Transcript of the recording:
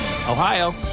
Ohio